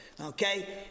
okay